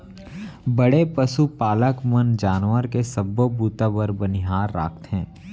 बड़े पसु पालक मन जानवर के सबो बूता बर बनिहार राखथें